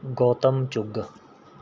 Gautam Chugh